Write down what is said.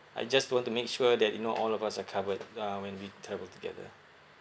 I just want to make sure that you know all of us are covered uh when we travel together